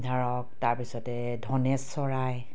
ধৰক তাৰপিছতে ধনেশ চৰাই